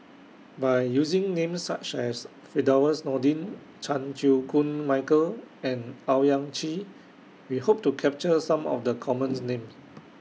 By using Names such as Firdaus Nordin Chan Chew Koon Michael and Owyang Chi We Hope to capture Some of The commons Names